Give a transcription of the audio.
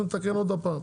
נתקן עוד פעם.